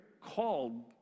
called